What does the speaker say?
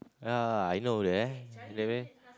ya I know there